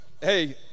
Hey